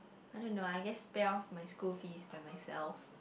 I don't know I guess pay off my school fees by myself